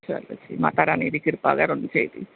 चलो माता रानी दी किरपा करो सेह्त गी